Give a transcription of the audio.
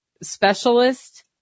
specialist